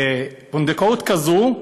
ופונדקאות כזאת,